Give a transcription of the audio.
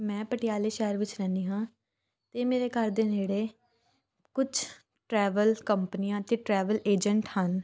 ਮੈਂ ਪਟਿਆਲੇ ਸ਼ਹਿਰ ਵਿੱਚ ਰਹਿੰਦੀ ਹਾਂ ਅਤੇ ਮੇਰੇ ਘਰ ਦੇ ਨੇੜੇ ਕੁਛ ਟਰੈਵਲ ਕੰਪਨੀਆਂ ਅਤੇ ਟਰੈਵਲ ਏਜੰਟ ਹਨ